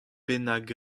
bennak